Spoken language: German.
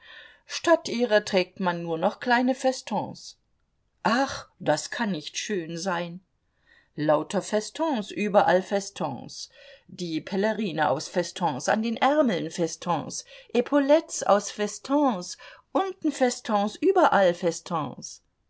statt ihrer trägt man nur noch kleine festons ach das kann nicht schön sein lauter festons überall festons die pelerine aus festons an den ärmeln festons epaulettes aus festons unten festons überall